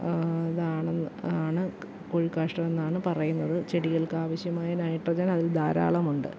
ഇതാണ് ആണ് കോഴിക്കാഷ്ടം എന്നാണ് പറയുന്നത് ചെടികൾക്കാവശ്യമായ നൈട്രജൻ അതിൽ ധാരാളമുണ്ട്